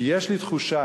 כי יש לי תחושה